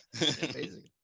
amazing